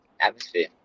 atmosphere